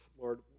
Lord